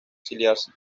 exiliarse